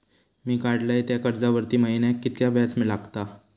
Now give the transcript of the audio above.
मी काडलय त्या कर्जावरती महिन्याक कीतक्या व्याज लागला?